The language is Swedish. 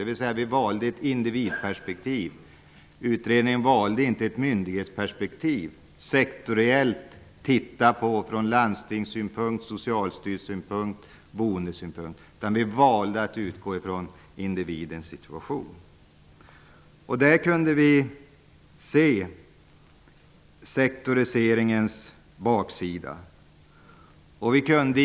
Vi valde ett individperspektiv. Utredningen valde inte ett myndighetsperspektiv, att sektoriellt titta på frågan från landstingssynpunkt, Socialstyrelsesynpunkt och boendesynpunkt. Vi valde att utgå ifrån individens situation. Vi kunde se sektoriseringens baksida.